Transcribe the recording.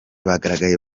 bagaragaye